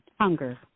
hunger